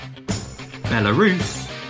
Belarus